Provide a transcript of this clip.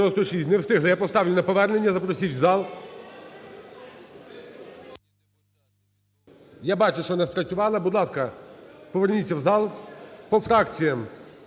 Я бачу, що не спрацювала. Будь ласка, поверніться в зал По фракціях.